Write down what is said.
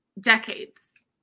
decades